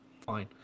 fine